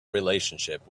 relationship